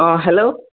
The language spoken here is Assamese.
অঁ হেল্ল'